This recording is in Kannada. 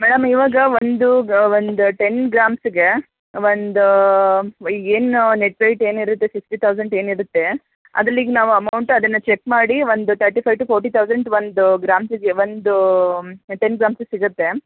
ಮೇಡಮ್ ಇವಾಗ ಒಂದು ಒಂದು ಟೆನ್ ಗ್ರಾಮ್ಸ್ಗೆ ಒಂದು ಈಗ ಏನು ನೆಟ್ ವೆಯ್ಟ್ ಏನು ಇರುತ್ತೆ ಸಿಕ್ಸ್ಟಿ ತೌಸಂಡ್ ಏನು ಇರುತ್ತೆ ಅದಲ್ಲಿ ಈಗ ನಾವು ಅಮೌಂಟ್ ಅದನ್ನು ಚೆಕ್ ಮಾಡಿ ಒಂದು thirty five to forty thousand ಒಂದು ಗ್ರಾಮ್ಸಿಗೆ ಒಂದು ಟೆನ್ ಗ್ರಾಮ್ಸ್ ಸಿಗುತ್ತೆ